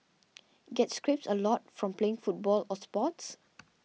get scrapes a lot from playing football or sports